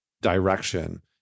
direction